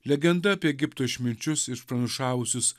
legenda apie egipto išminčius išpranašavusius